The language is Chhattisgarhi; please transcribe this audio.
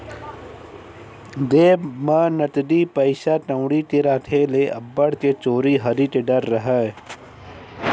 जेब म नकदी पइसा कउड़ी के राखे ले अब्बड़ के चोरी हारी के डर राहय